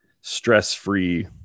stress-free